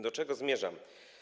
Do czego zmierzam?